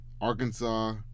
Arkansas